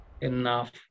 enough